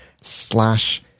slash